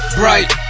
bright